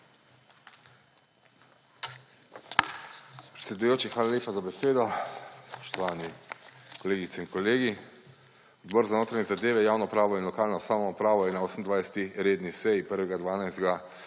Hvala lepa za besedo,